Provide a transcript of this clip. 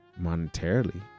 monetarily